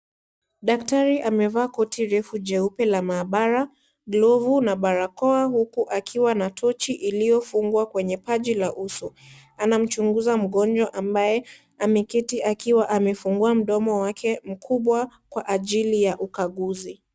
Daktari amevaa koti refu jeupe la maabara, glovu na barakoa huku akiwa na tochi iliyofungwa kwenye paji la uso, anamchunguza mgonjwa ambaye ameketi akiwa amefungua mdomo wake mkubwa kwa ajili ya ukaguzi.